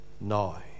now